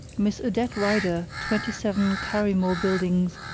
miss odette rider, twenty seven, carrymore buildings,